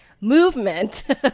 movement